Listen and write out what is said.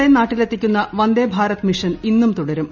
പ്രവാസികളെ നാട്ടിലെത്തിക്കുന്ന വന്ദേഭാരത് മിഷൻ ഇന്നും തുടരും